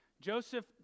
Joseph